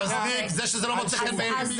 זה שזה לא מוצא חן בעיני מישהו,